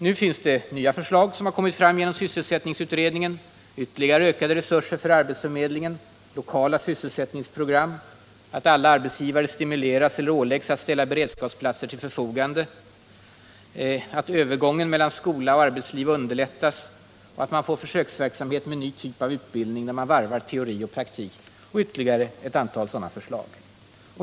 Nu har nya förslag kommit fram genom sysselsättningsutredningen: ytterligare ökade resurser för arbetsförmedlingen, lokala sysselsättningsprogram, att alla arbetsgivare stimuleras eller åläggs att ställa beredskapsplatser till förfogande, att övergången mellan skola och arbetsliv underlättas och att man får försöksverksamhet med en ny typ av utbildning, där man varvar teori och praktik, och ytterligare ett antal sådana förslag.